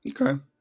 okay